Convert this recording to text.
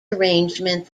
arrangement